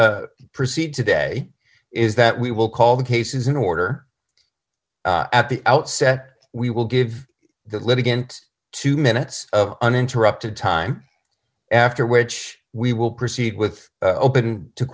will proceed today is that we will call the cases in order at the outset we will give the litigant two minutes of uninterrupted time after which we will proceed with open